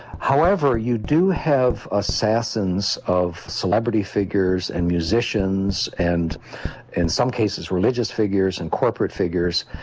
however, you do have assassins of celebrity figures and musicians and in some cases religious figures and corporate figures,